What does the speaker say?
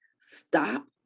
Stop